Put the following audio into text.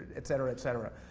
et cetera, et cetera.